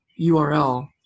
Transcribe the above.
URL